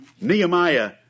Nehemiah